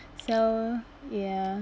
so ya